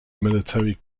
military